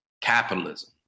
capitalism